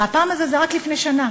והפעם הזה זה רק לפני שנה